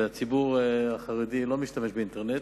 והציבור החרדי לא משתמש באינטרנט,